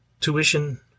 tuition